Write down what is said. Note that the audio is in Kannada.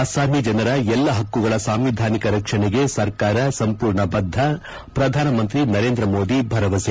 ಅಸ್ನಾಮಿ ಜನರ ಎಲ್ಲಾ ಹಕ್ಕುಗಳ ಸಾಂವಿಧಾನಿಕ ರಕ್ಷಣೆಗೆ ಸರ್ಕಾರ ಸಂಪೂರ್ಣ ಬದ್ದ ಪ್ರಧಾನಮಂತ್ರಿ ನರೇಂದ್ರ ಮೋದಿ ಭರವಸೆ